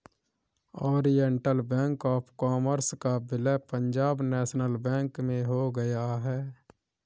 Oriental Bank of Commerce का विलय Punjab National Bank में हो गया है